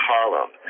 Harlem